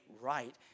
right